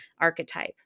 archetype